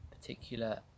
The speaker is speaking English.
particular